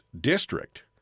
district